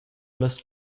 las